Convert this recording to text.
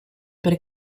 per